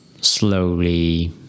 slowly